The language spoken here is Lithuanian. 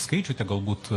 skaičių te galbūt